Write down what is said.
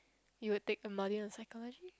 you would take a module on psychology